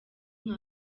nka